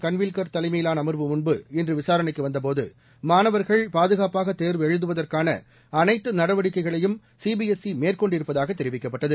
கன்வில்கர் தலைமையிலான அமர்வு முன்பு இன்று விசாரணைக்கு வந்தபோது மாணவர்கள் பாதுகாப்பாக தேர்வெழுதுவதற்கான அனைத்து நடவடிக்கைகளையும் சிபிஎஸ்ஈ மேற்கொண்டிருப்பதாக தெரிவிக்கப்பட்டது